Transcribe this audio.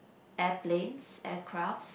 airplanes aircrafts